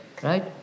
Right